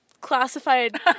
classified